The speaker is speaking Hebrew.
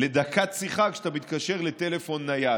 לדקת שיחה כשאתה מתקשר לטלפון נייד.